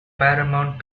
paramount